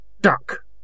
Duck